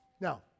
Now